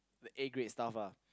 the A grade stuff lah